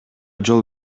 жол